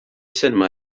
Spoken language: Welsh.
sinema